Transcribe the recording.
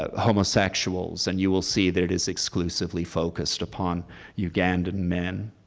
ah homosexuals and you will see that is exclusively focused upon ugandan men.